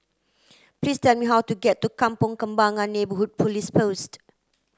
please tell me how to get to Kampong Kembangan Neighbourhood Police Post